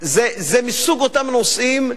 זה מסוג אותם נושאים,